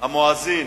המואזין,